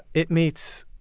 it meets